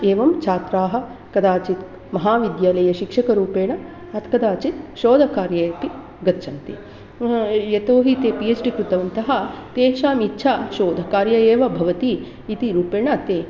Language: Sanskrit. एवं छात्राः कदाचित् महाविद्यालये शिक्षकरूपेण अत् कदाचित् शोधकार्ये अपि गच्छन्ति पुनः यतोऽहि ते पिएच्डि कृतवन्तः तेषाम् इच्छा शोधकार्ये एव भवति इति रूपेण ते